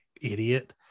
idiot